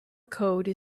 code